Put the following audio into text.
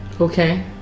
Okay